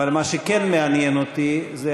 אבל מה שכן מעניין אותי זה,